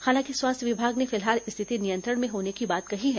हालांकि स्वास्थ्य विभाग ने फिलहाल स्थिति नियंत्रण में होने की बात कही है